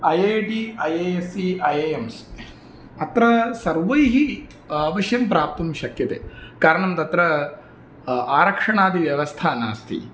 IIT IAS इ IIMs अत्र सर्वैः अवश्यं प्राप्तुं शक्यते कारणं तत्र आरक्षणादि व्यवस्था नास्ति